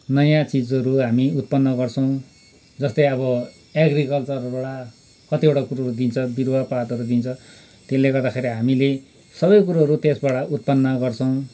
नयाँ चिजहरू हामी उत्पन्न गर्छौँ जस्तै अब एग्रिकल्चरबाट कतिवटा कुरोहरू दिन्छ बिरुवापातहरू दिन्छ त्यसले गर्दाखेरि हामीले सबै कुरोहरू त्यसबाट उत्पन्न गर्छौँ